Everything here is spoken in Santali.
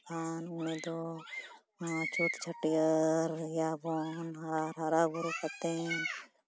ᱟᱨ ᱚᱱᱟ ᱫᱚ ᱪᱷᱩᱸᱛ ᱪᱷᱟᱹᱴᱭᱟᱹᱨ ᱮᱭᱟᱵᱚᱱ ᱟᱨ ᱦᱟᱨᱟᱼᱵᱩᱨᱩ ᱠᱟᱛᱮ